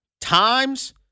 Times